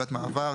תעודת מעבר,